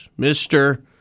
Mr